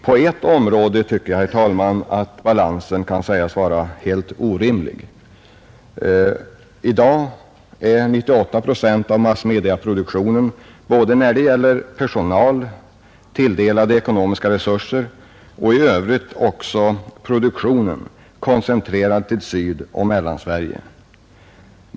På ett område tycker jag, herr talman, att balansen kan sägas vara helt orimlig. I dag är 98 procent av massmediaproduktionen, både när det gäller personal, tilldelade ekonomiska resurser och i övrigt koncentrerad till Sydoch Mellansverige.